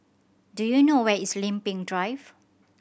do you know where is Lempeng Drive